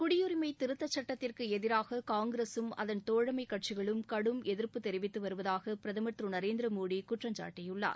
குடியரிமை திருத்தச் சுட்டத்திற்கு எதிராக காங்கிரசும் அதன் தோழனம கட்சிகளும் கடும் எதிர்ப்பு தெரிவித்து வருவதாக பிரதமர் திரு நரேந்திரமோடி குற்றம் சாட்டியுள்ளார்